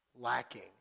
lacking